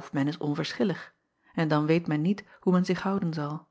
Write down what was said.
f men is onverschillig en dan weet men niet hoe men zich houden zal